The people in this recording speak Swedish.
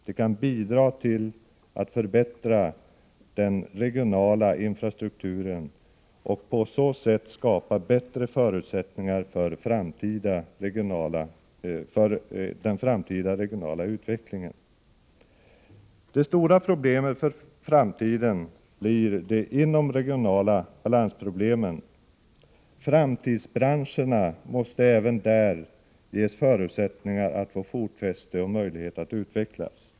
De kan bidra till att förbättra den regionala infrastrukturen och på så sätt skapa bättre förutsättningar för den framtida regionala utvecklingen. Det stora problemet för framtiden blir de inomregionala balansproblemen. Framtidsbranscherna måste även där ges förutsättningar att få fotfäste och möjlighet att utvecklas.